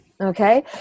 Okay